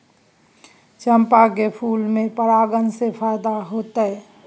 चंपा के फूल में परागण से फायदा होतय?